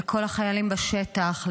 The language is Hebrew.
לכל החיילים בשטח,